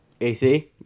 AC